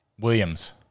Williams